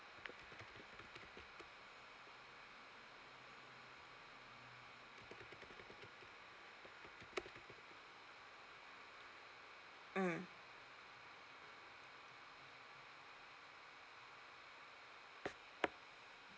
mm